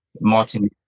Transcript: martin